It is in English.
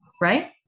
Right